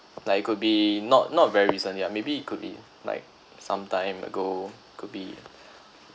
like it could be not not very recently ah maybe it could be like some time ago could be